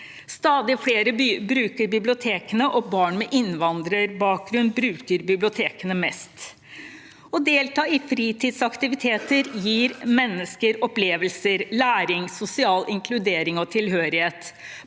Stadig flere bruker bibliotekene, og barn med innvandrerbakgrunn bruker bibliotekene mest. Å delta i fritidsaktiviteter gir mennesker opplevelser, læring, sosial inkludering og tilhørighet.